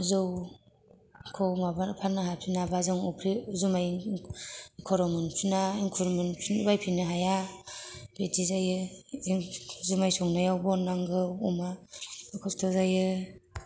जौखौ माबानो माबानो फान्नो हाफिनाबा जों अफ्रि जुमाय खर' मोनफिना एंखुर बायफिननो हाया बिदि जायो जुमाय संनायाव बन नांगौ अमा खस्थ' जायो